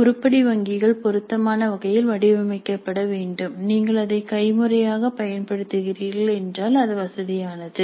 உருப்படி வங்கிகள் பொருத்தமான வகையில் வடிவமைக்கப்பட வேண்டும் நீங்கள் அதை கைமுறையாகப் பயன்படுத்துகிறீர்கள் என்றால் அது வசதியானது